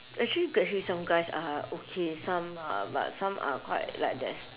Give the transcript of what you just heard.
actually actually some guys are okay some are but some are quite like des~